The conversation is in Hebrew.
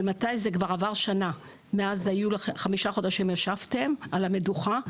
אבל כבר עברה שנה מאז ישבתם חמישה חודשים על המדוכה.